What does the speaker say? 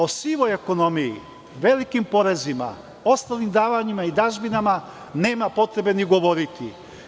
O sivoj ekonomiji, velikim porezima, osnovnim davanjima i dažbinama, nema potrebe ni govoriti.